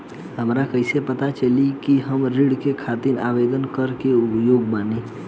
हमरा कइसे पता चली कि हम ऋण के खातिर आवेदन करे के योग्य बानी?